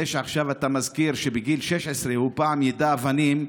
זה שעכשיו אתה מזכיר שבגיל 16 הוא פעם יידה אבנים,